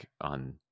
on